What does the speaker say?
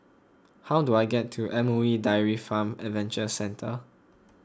how do I get to M O E Dairy Farm Adventure Centre